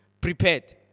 prepared